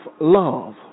love